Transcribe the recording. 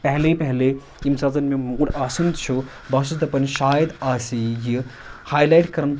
پہلے پہلے ییٚمہِ ساتہٕ زَن مےٚ موٗڈ آسان چھُ بہٕ ہَسا چھُس دَپان شاید آسہِ یہِ ہاےلایٹ کَران